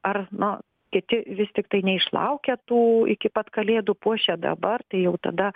ar na kiti vis tiktai neišlaukia tų iki pat kalėdų puošia dabar tai jau tada